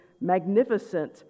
magnificent